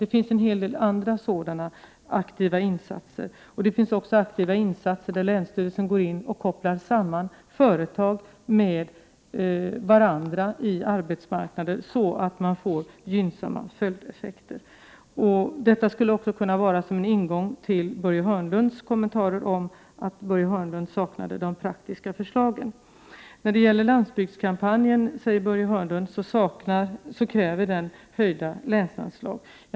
Det finns en hel del andra liknande projekt, och det finns också aktiva insatser där länsstyrelsen går in och kopplar samman företag med varandra på arbetsmarknaden, så att man får gynnsamma följdeffekter. Detta skulle kunna tjäna som svar till Börje Hörnlund, som också saknade praktiska förslag. Landsbygdskampanjen kräver, sade Börje Hörnlund, höjda länsanslag.